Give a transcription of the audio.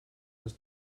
des